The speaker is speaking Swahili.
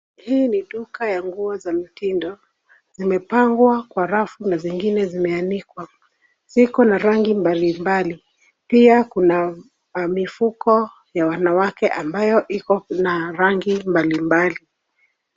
Hii ni duka ya nguo za mitindo, zimepangwa kwa rafu na zingine zimeanikwa. Ziko na rangi mbalimbali. Pia kuna mifuko ya wanawake ambayo iko na rangi mbalimbali.